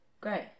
Great